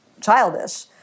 childish